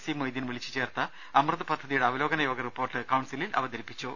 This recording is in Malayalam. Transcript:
സി മൊയ്തീൻ വിളിച്ചു ചേർത്ത അമൃത് പദ്ധതിയുടെ അവലോകന യോഗ റിപ്പോർട്ട് കൌൺസിലിൽ അവതരി പ്പിച്ചു